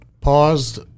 Paused